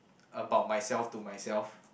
about myself to myself